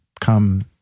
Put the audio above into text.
come